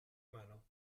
mano